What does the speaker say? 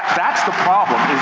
that's the problem.